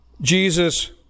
Jesus